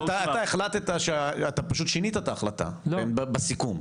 אתה החלטת, אתה פשוט שינית את ההחלטה בסיכום,